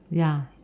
ya